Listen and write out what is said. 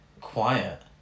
quiet